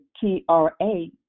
T-R-A